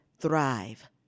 Thrive